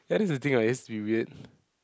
that is the thing it needs to be weird